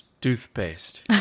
toothpaste